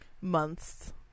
months